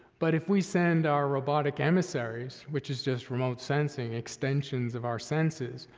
but if we send our robotic emissaries, which is just remote sensing, extensions of our senses,